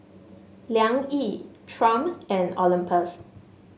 Liang Yi Triumph and Olympus